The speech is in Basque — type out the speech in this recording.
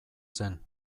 zen